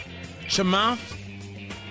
Chamath